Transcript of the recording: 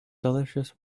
delicious